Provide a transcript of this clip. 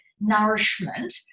nourishment